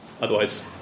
otherwise